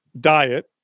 diet